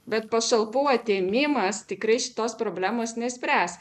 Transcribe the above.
bet pašalpų atėmimas tikrai šitos problemos nespręs